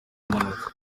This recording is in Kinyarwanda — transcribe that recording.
mpanuka